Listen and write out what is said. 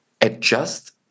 adjust